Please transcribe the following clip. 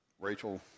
Rachel